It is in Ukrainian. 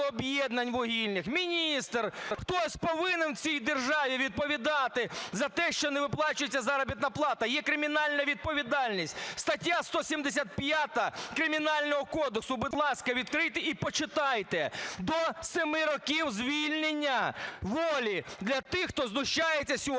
об'єднань вугільних, міністр – хтось повинен в цій державі відповідати за те, що не виплачується заробітна плата? Є кримінальна відповідальність, стаття 175 Кримінального кодексу, будь ласка, відкрийте і почитайте: до 7 років звільнення волі для тих, хто знущається сьогодні над